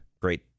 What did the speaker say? great